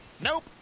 Nope